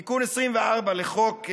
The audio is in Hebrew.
תיקון 24 לחוק,